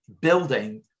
building